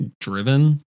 driven